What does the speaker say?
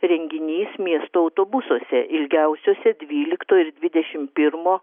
renginys miesto autobusuose ilgiausiuose dvylikto ir dvidešimt pirmo